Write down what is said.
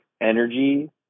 energy